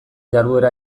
jarduera